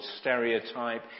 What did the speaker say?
stereotype